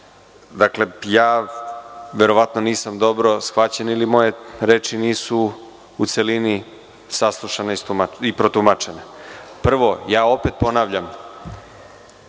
poslanici, verovatno nisam dobro shvaćen ili moje reči nisu u celini saslušane i protumačene. Prvo, opet ponavljam,